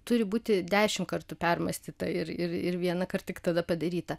turi būti dešimt kartų permąstyta ir ir vienąkart tik tada padaryta